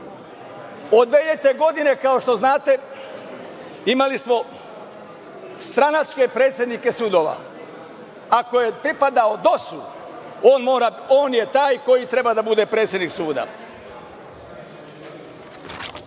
2000. godine, kao što znate, imali smo stranačke predsednike sudova. Ako je pripadao DOS-u, on je taj koji treba da bude predsednik suda. Što